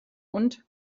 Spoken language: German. und